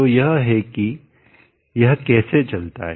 तो यह है कि यह कैसे चलता है